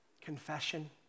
confession